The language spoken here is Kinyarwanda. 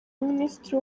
minisitiri